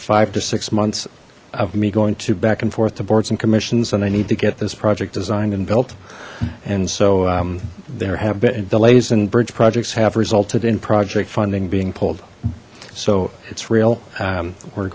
five to six months of me going to back and forth to boards and commissions and i need to get this project designed and built and so there have been delays and bridge projects have resulted in project funding being pulled so it's real we're